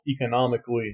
economically